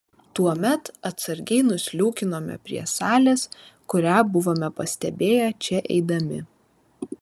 tuomet atsargiai nusliūkinome prie salės kurią buvome pastebėję čia eidami